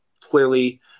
clearly